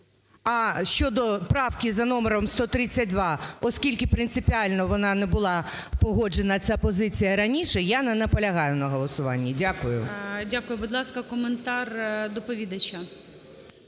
А щодо правки за номером 132, оскільки принципіально вона не була погоджена, ця позиція, раніше, я не наполягаю на голосуванні. Дякую. ГОЛОВУЮЧИЙ. Дякую. Будь ласка, коментар доповідача.